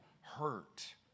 hurt